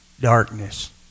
darkness